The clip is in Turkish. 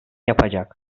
yapacak